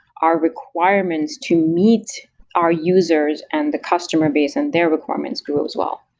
our requirements to meet our users and the customer base and their requirements grew as well.